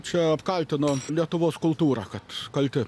čia apkaltino lietuvos kultūrą kad kalti